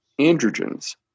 androgens